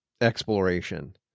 exploration